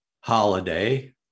holiday